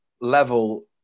level